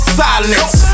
silence